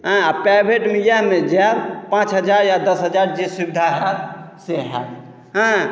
आँय आ प्राइवेटमे इएहमे जायब पाँच हजार या दस हजार जे सुविधा हैत से हैत आँय